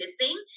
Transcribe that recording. missing